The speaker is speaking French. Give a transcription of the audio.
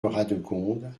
radegonde